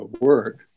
work